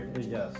Yes